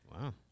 Wow